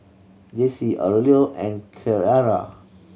Jessy Aurelio and Keara